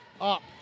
Up